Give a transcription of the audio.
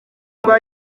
rwa